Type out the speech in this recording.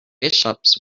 bishops